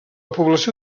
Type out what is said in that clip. població